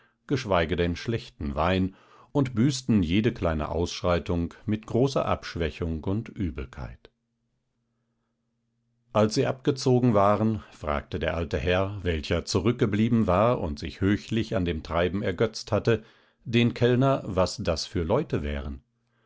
geschweige denn schlechten wein und büßten jede kleine ausschreitung mit großer abschwächung und übelkeit als sie abgezogen waren fragte der alte herr welcher zurückgeblieben war und sich höchlich an dem treiben ergötzt hatte den kellner was das für leute wären